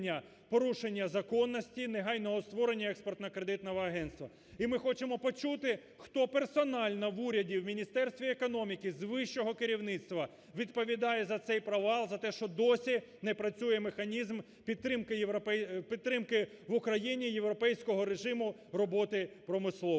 порушення законності, негайного створення Експортно-кредитного агентства і ми хочемо почути, хто персонально в уряді, в Міністерстві економіки з вищого керівництва відповідає за цей провал за те, що досі не працює механізм підтримки в Україні європейського режиму роботи промисловості.